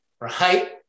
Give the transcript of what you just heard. right